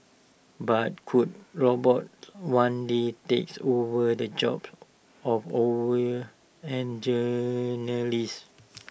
but could robots one day takes over the jobs of and journalists